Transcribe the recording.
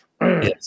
Yes